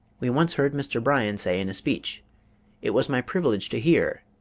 we once heard mr. bryan say in a speech it was my privilege to hear